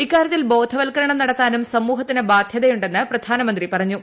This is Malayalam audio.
ഇക്കാരൃത്തിൽ ബോധവത്ക്കരണം നടത്താനും സമൂഹത്തിന് ബാധ്യതയുണ്ടെന്ന് പ്രധാനമന്ത്രി പറഞ്ഞു